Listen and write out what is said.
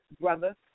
brother